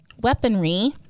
weaponry